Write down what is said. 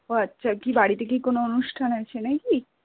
ও আচ্ছা কি বাড়িতে কি কোনো অনুষ্ঠান আছে না কি